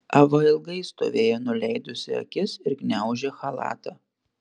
ava ilgai stovėjo nuleidusi akis ir gniaužė chalatą